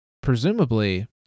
Presumably